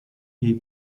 est